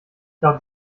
laut